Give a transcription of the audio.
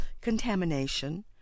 contamination